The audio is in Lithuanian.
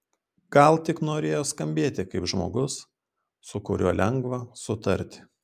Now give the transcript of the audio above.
gal tik norėjo skambėti kaip žmogus su kuriuo lengva sutarti